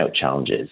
challenges